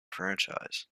franchise